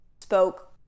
spoke